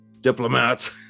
diplomats